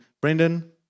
Brendan